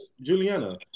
Juliana